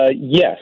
yes